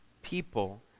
People